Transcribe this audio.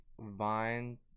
Vine